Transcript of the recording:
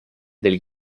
del